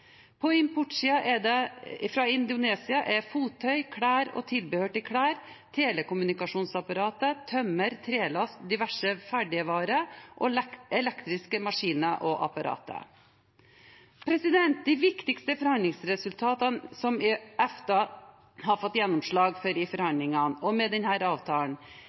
fra Indonesia er fottøy, klær og tilbehør til klær, telekommunikasjonsapparater, tømmer, trelast, diverse ferdigvarer og elektriske maskiner og apparater. De viktigste forhandlingsresultatene som EFTA har fått gjennomslag for i forhandlingene og med denne avtalen,